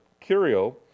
curio